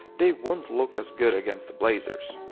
they won't look as good against the blazers.